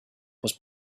was